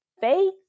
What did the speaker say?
faith